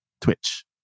Twitch